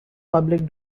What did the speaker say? public